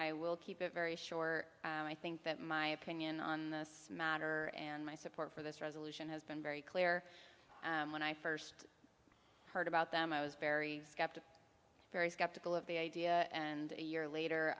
i will keep it very short i think that my opinion on this matter and my support for this resolution has been very clear when i first heard about them i was very skeptical very skeptical of the idea and a year later